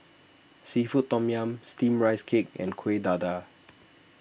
Seafood Tom Yum Steamed Rice Cake and Kuih Dadar